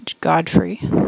Godfrey